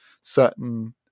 certain